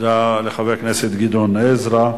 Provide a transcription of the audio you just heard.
תודה לחבר הכנסת גדעון עזרא.